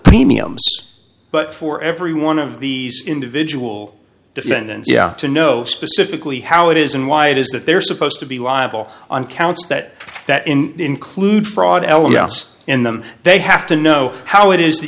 premiums but for every one of these individual defendants to know specifically how it is and why it is that they're supposed to be liable on counts that that in include fraud elements in them they have to know how it is that